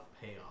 payoff